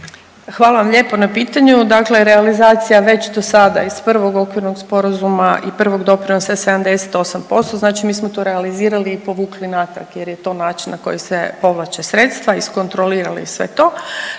Hvala vam lijepo na pitanju. Dakle, realizacija već do sada iz prvog okvirnog sporazuma i prvog doprinosa je 78%, znači mi smo to realizirali i povukli natrag jer je to način na koji se povlače sredstva, iskontrolirali i sve to.